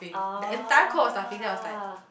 oh